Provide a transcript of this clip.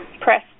press